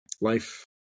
life